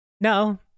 no